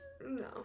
No